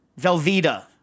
Velveeta